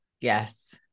yes